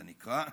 זה נקרא.